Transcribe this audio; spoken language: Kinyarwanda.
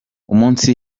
umunsi